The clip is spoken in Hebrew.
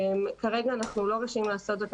כרגע אנחנו לא רשאים לעשות את זה,